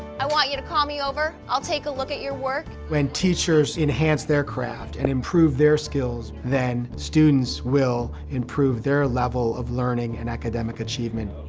i want you to call me over. i'll take a look at your work. mark when teachers enhance their craft and improve their skills, then students will improve their level of learning and academic achievement.